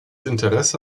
interesse